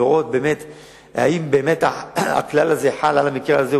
לראות אם באמת הכלל הזה חל על המקרה הזה,